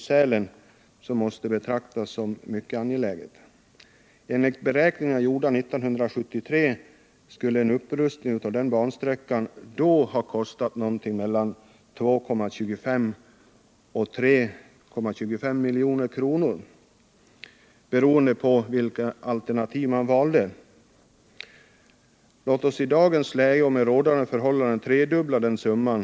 En sådan förlängning måste betraktas som mycket angelägen. Enligt beräkningar som gjordes 1973 skulle en upprustning av denna bansträcka då ha kostat ca 2250 000-3 250 000 kr. beroende på vilket alternativ man valde. I dagens läge skulle man nog få tredubbla den summan.